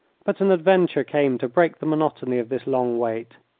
but an adventure came to break the monotony of this long wait.